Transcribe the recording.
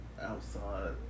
outside